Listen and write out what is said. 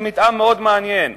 של מתאם מאוד מעניין.